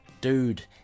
dude